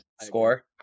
Score